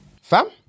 fam